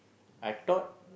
I thought